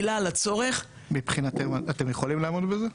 אתם יכולים לעמוד בזה?